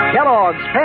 Kellogg's